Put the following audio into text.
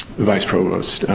vice provost,